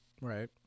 Right